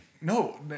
no